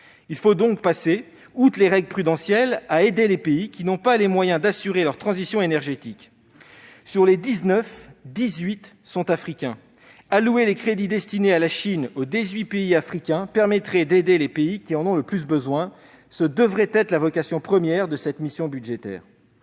Il faut donc passer outre les règles prudentielles et aider les pays qui n'ont pas les moyens d'assurer leur transition énergétique. Sur les dix-neuf pays, dix-huit sont africains. Allouer les crédits destinés à la Chine à ces dix-huit pays permettrait d'aider ceux qui en ont le plus besoin. Telle devrait être la vocation première de cette mission budgétaire.